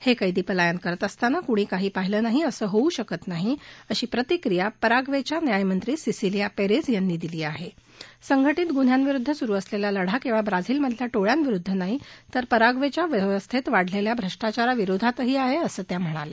हाक्रिंदी पलायन करत असताना कुणी काहीच पाहीलं नाही असं होऊ शकत नाही अशी प्रतिक्रिया पॅरावव्या न्यायमंत्री सिसिलीया पद्धी यांनी दिली आह संघांचित्री गुन्ह्यांविरुद्ध सुरु असलघ्यी लढा क्ळि ब्राझीलमधल्या फि्व्यांविरुद्ध नाही तर पॅराग्वच्या व्यवस्था विाढलखिा भ्रष्टाचाराविरोधातही आहा असंही त्या म्हणाल्या